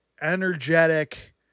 energetic